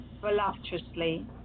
voluptuously